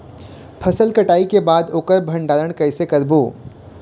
फसल कटाई के बाद ओकर भंडारण कइसे करबो?